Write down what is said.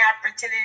opportunity